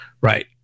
Right